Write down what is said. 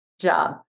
job